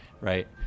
right